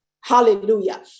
hallelujah